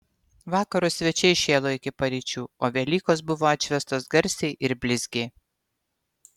vakaro svečiai šėlo iki paryčių o velykos buvo atšvęstos garsiai ir blizgiai